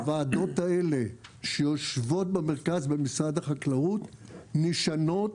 הוועדות האלה שיושבות במרכז במשרד החקלאות נשענות